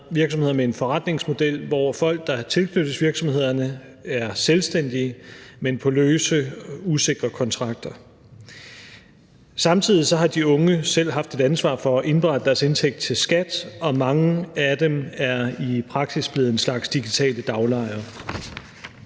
virksomheder med en forretningsmodel, hvor folk, der tilknyttes virksomhederne, er selvstændige, men på løse og usikre kontrakter. Samtidig har de unge selv haft et ansvar for at indberette deres indtægt til skat, og mange af dem er i praksis blevet en slags digitale daglejere.